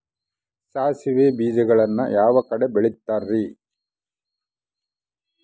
ಸಾಸಿವೆ ಬೇಜಗಳನ್ನ ಯಾವ ಕಡೆ ಬೆಳಿತಾರೆ?